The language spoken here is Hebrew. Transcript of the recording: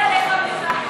לא באה אליך בטענות,